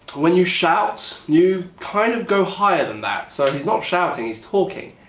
when you shout you kind of go higher than that. so he's not shouting, he's talking.